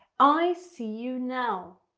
i see you now.